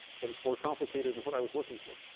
but it's more complicated than what i was looking for.